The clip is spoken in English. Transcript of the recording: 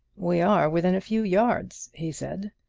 we are within a few yards, he said,